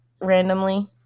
randomly